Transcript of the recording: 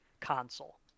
console